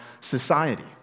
society